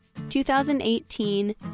2018